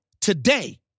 today